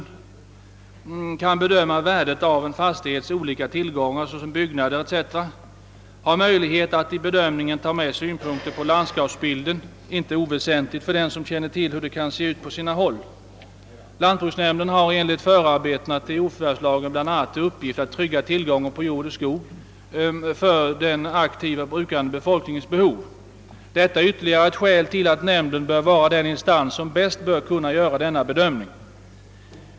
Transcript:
De kan därför bedöma värdet av en fastighets olika tillgångar, t.ex. byggnader och annat. De har också möjligheter att vid bedömningen ta med synpunkter på landskapsbilden, vilket inte är oväsentligt med tanke på hur det i dag på sina håll ser ut. Lantbruksnämnden har enligt förarbetena till jordförvärvslagen bl.a. till uppgift att trygga tillgången på jord och skog för den aktivt brukande befolkningens behov. Detta är ytterligare ett skäl som talar för att nämnden är den instans som bäst kan göra den bedömningen.